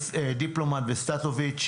דיפלומט ושסטוביץ',